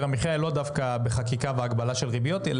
המחייה היא לא דווקא בחקיקה ובהגבלה של ריביות,